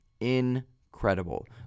incredible